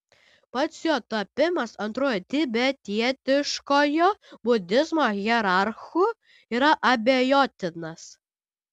pats jo tapimas antruoju tibetietiškojo budizmo hierarchu yra abejotinas